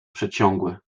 przeciągły